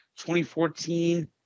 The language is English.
2014